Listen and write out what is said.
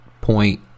point